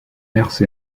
herse